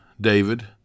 David